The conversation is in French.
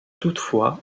toutefois